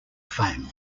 fame